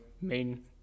main